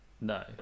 No